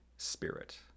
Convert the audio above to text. Spirit